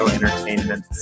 Entertainment